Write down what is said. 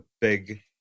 big